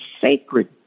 sacred